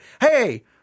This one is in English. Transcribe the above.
hey